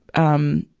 um,